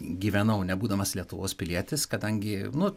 gyvenau nebūdamas lietuvos pilietis kadangi nu